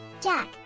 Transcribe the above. Jack